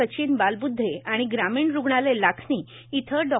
सचिन बालबूध्दे आणि ग्रामीण रुग्णालय लाखनी येथे डॉ